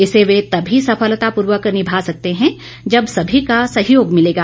इसे वह तभी सफलतापूर्वक निभा सकते हैं जब सभी का सहयोग मिलेगा